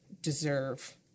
deserve